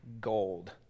gold